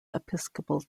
episcopal